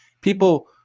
people